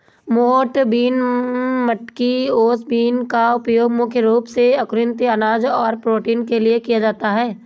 मोठ बीन, मटकी या ओस बीन का उपयोग मुख्य रूप से अंकुरित अनाज और प्रोटीन के लिए किया जाता है